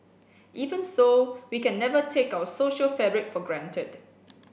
even so we can never take our social fabric for granted